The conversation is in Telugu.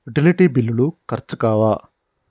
యుటిలిటీ బిల్లులు ఖర్చు కావా?